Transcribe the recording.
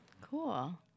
Cool